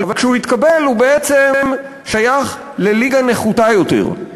אבל כשהוא התקבל הוא בעצם שייך לליגה נחותה יותר.